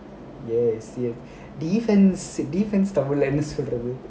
yes defence defence tamil leh என்ன சொல்றது:enna solrathu